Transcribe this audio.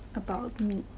about me.